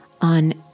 on